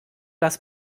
das